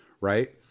right